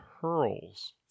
pearls